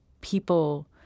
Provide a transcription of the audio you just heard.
people